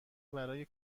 برای